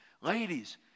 Ladies